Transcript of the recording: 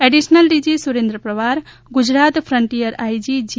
additional DG Surendra Pawar Gujarat frontier IG G